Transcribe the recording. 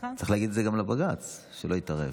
צריך להגיד את זה גם לבג"ץ, שלא יתערב.